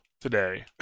today